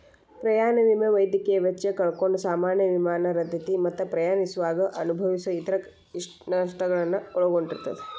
ಪ್ರಯಾಣ ವಿಮೆ ವೈದ್ಯಕೇಯ ವೆಚ್ಚ ಕಳ್ಕೊಂಡ್ ಸಾಮಾನ್ಯ ವಿಮಾನ ರದ್ದತಿ ಮತ್ತ ಪ್ರಯಾಣಿಸುವಾಗ ಅನುಭವಿಸೊ ಇತರ ನಷ್ಟಗಳನ್ನ ಒಳಗೊಂಡಿರ್ತದ